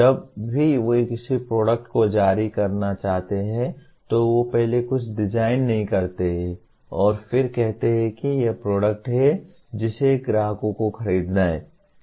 जब भी वे किसी प्रोडक्ट को जारी करना चाहते हैं तो वे पहले कुछ डिज़ाइन नहीं करते हैं और फिर कहते हैं कि यह प्रोडक्ट है जिसे ग्राहकों को खरीदना है